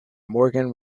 morgan